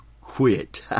quit